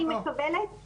אני מקבלת, שנייה.